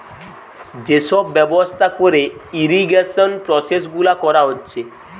যে সব ব্যবস্থা কোরে ইরিগেশন প্রসেস গুলা কোরা হচ্ছে